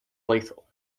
lethal